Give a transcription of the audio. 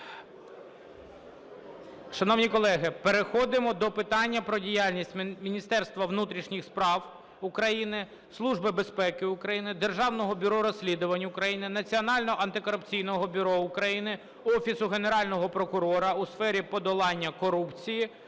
Шановні колеги, переходимо до питання про діяльність Міністерства внутрішніх справ України, Служби безпеки України, Державного бюро розслідувань України, Національного антикорупційного бюро України, Офісу Генерального прокурора у сфері подолання корупції